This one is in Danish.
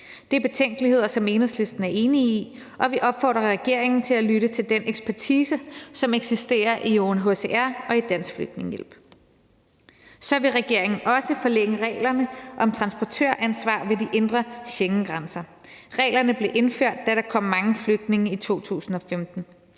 Det er betænkeligheder, som Enhedslisten er enig i, og vi opfordrer regeringen til at lytte til den ekspertise, som eksisterer i UNHCR og i Dansk Flygtningehjælp. Så vil regeringen også forlænge reglerne om transportøransvar ved de indre Schengengrænser. Reglerne blev indført, da der kom mange flygtninge i 2015.